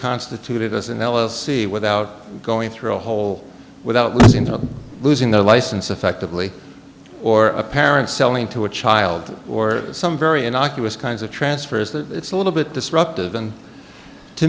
constituted as an l l c without going through a hole without losing their license effectively or a parent selling to a child or some very innocuous kinds of transfers that it's a little bit disruptive